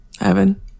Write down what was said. Evan